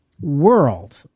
world